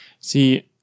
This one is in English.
See